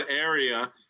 area